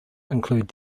included